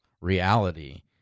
reality